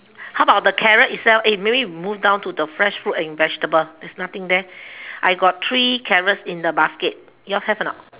how about the carrot itself eh maybe we move down to the fresh fruit and vegetable there's nothing there I got three carrots in the basket yours have or not